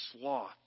sloth